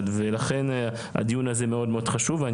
אני